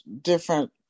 different